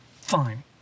Fine